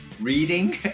reading